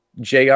JR